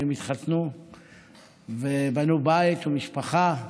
והם התחתנו ובנו בית ומשפחה.